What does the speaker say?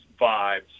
vibes